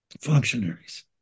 functionaries